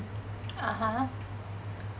(uh huh)